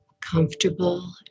comfortable